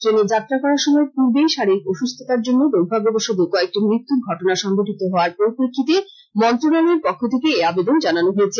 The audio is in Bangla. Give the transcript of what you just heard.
ট্রেনে যাত্রা করার সময় পূর্বেই শারিরীক অসুস্থতার জন্য দূর্ভাগ্যবশতঃ কয়েকটি মৃত্যুর ঘটনা সংঘটিত হওয়ার পরিপ্রেক্ষিতে মন্ত্রণালয়ের পক্ষ থেকে এই আবেদন জানানো হয়েছে